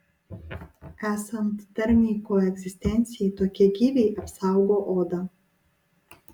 esant darniai koegzistencijai tokie gyviai apsaugo odą